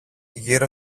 γύρω